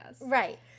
Right